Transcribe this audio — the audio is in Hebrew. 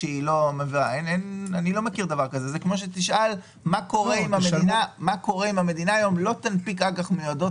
זה כמו שתשאל מה קורה אם המדינה לא תנפיק היום אג"ח מיועדות